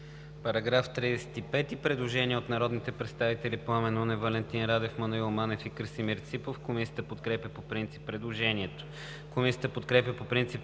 По § 20 има предложение на народните представители Пламен Нунев, Валентин Радев, Маноил Манев и Красимир Ципов. Комисията подкрепя по принцип предложението.